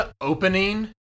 opening